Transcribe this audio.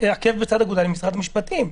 עקב בצד אגודל עם משרד המשפטים,